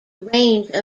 range